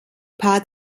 part